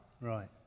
Right